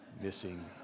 missing